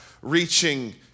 reaching